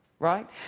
Right